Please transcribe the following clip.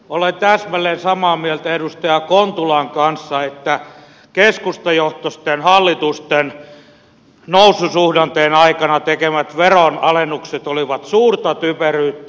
olen täsmälleen samaa mieltä edustaja kontulan kanssa että keskustajohtoisten hallitusten noususuhdanteen aikana tekemät veronalennukset olivat suurta typeryyttä